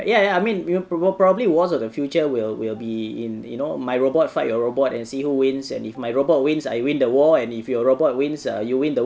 ya ya I mean pro~ probably wars of the future will will be in you know my robot fight your robot and see who wins and if my robot wins I win the war and if your robot wins err you win the